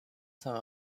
some